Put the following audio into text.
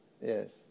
Yes